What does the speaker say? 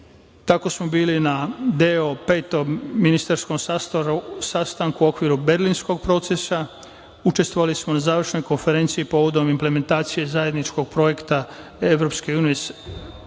Tako smo bili na Petom ministarskom sastanku u okviru Berlinskog procesa. Učestvovali smo na završnoj konferenciji povodom implementacije zajedničkog projekta Evropske unije i